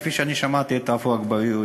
כפי שאני שמעתי את עפו אגבאריה.